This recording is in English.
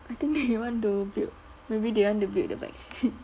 I think they want to build maybe they want to build the vaccine